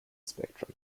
spectrum